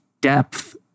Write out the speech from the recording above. depth